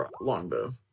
Longbow